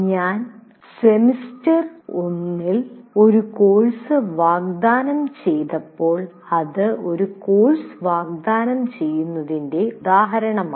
ഞാൻ 1 സെമസ്റ്ററിൽ ഒരു കോഴ്സ് വാഗ്ദാനം ചെയ്തപ്പോൾ അത് ഒരു കോഴ്സ് വാഗ്ദാനം ചെയ്യുന്നതിന്റെ ഒരു ഉദാഹരണമാണ്